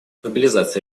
мобилизация